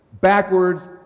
backwards